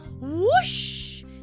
whoosh